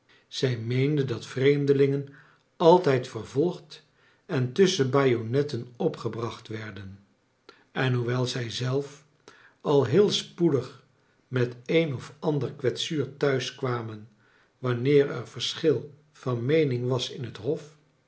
zij meenden dat vreemdelingen altijd vervolgd en tusschen bajonetten opgebracht werden en hoewel zij zelf al heel spoedig met een of ander kwetsuur thnis kwamen wanneer er versehil van meening was in het hof